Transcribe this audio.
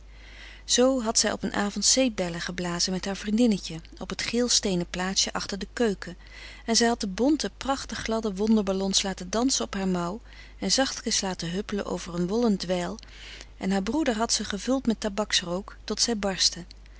zoo had zij op een avond zeepbellen geblazen met haar vriendinnetje op het geel steenen plaatsje achter de keuken en zij had de bonte prachtig gladde wonder ballons laten dansen op haar mouw en zachtkens laten huppelen over een wollen dweil en haar broeder had ze gevuld met tabaksrook tot zij barstten